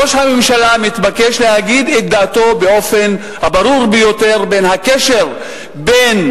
ראש הממשלה מתבקש להגיד באופן הברור ביותר את דעתו על הקשר בין